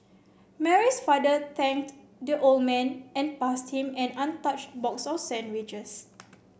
Mary's father thanked the old man and passed him an untouched box of sandwiches